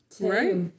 Right